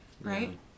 right